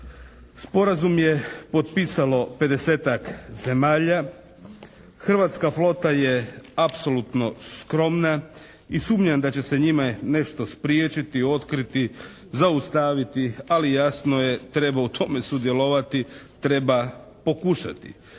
Sporazum je potpisalo 50-ak zemalja. Hrvatska flota je apsolutno skromna i sumnjam da će se njime nešto spriječiti, otkriti, zaustaviti, ali jasno je treba u tome sudjelovati, treba pokušati.